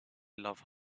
love